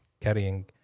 carrying